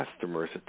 customer's